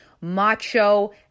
macho